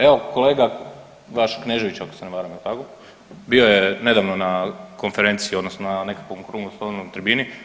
Evo kolega vaš Knežević ako se ne varam jel' tako bio je nedavno na konferenciji odnosno na nekakvom okruglom stolu, na tribini.